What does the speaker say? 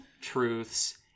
truths